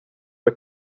ett